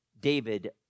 David